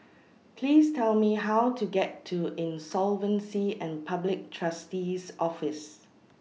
Please Tell Me How to get to Insolvency and Public Trustee's Office